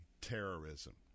terrorism